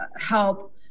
help